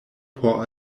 por